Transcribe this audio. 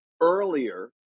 earlier